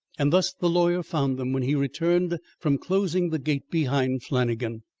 and thus the lawyer found them when he returned from closing the gate behind flannagan.